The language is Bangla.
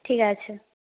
ঠিক আছে